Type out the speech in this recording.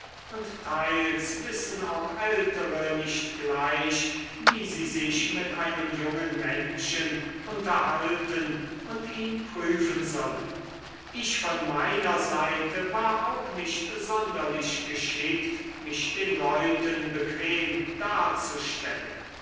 und teils wissen auch ältere nicht gleich wie sie sich mit einem jungen menschen unterhalten und ihn prüfen sollen ich von meiner seite war auch nicht sonderlich geschickt mich den leuten bequem darzustellen